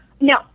No